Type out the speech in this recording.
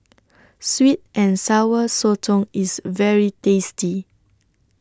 Sweet and Sour Sotong IS very tasty